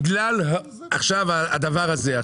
בגלל הדבר הזה.